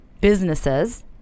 businesses